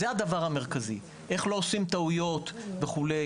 זה הדבר המרכזי איך לא עושים טעויות וכו'.